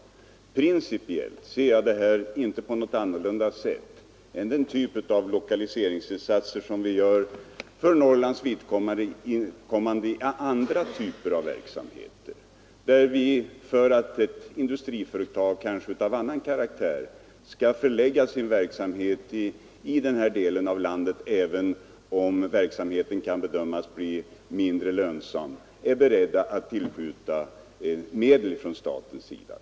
Principiellt anser jag inte att detta stöd är annorlunda än den typ av lokaliseringsinsatser som vi gör för Norrlands vidkommande när det gäller andra typer av verksamhet, där vi för att industriföretag av annan karaktär skall förlägga sin verksamhet i den här delen av landet är beredda att — även om verksamheten kan bedömas bli mindre lönsam — tillskjuta medel från statens sida.